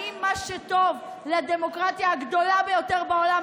האם מה שטוב לדמוקרטיה הגדולה ביותר בעולם,